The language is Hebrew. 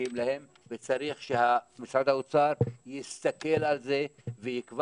זקוקים להם וצריך שמשרד האוצר יסתכל על זה ויקבע